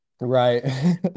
Right